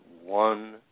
one